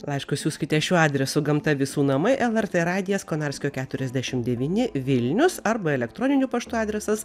laiškus siųskite šiuo adresu gamta visų namai lrt radijas konarskio keturiasdešim devyni vilnius arba elektroniniu paštu adresas